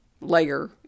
layer